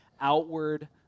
outward